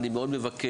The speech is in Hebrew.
אני מאוד מבקש,